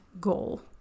goal